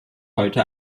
heute